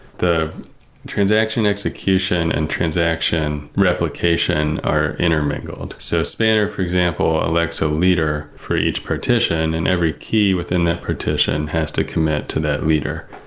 the transaction execution and transaction replication are intermingled. so spanner, for example, elects a leader for each partition and every key within that partition has to commit to that leader.